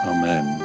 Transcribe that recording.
Amen